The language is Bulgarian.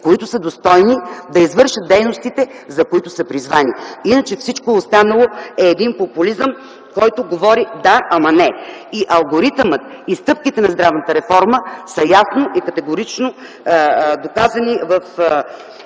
които са достойни да извършат дейностите, за които са призвани. Иначе всичко останало е един популизъм, който говори: „Да, ама не!”. И алгоритъмът, и стъпките на здравната реформа са ясно и категорично доказани в